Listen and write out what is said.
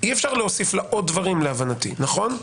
ואי אפשר להוסיף לה עוד דברים, להבנתי, נכון?